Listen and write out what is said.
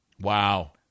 Wow